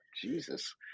Jesus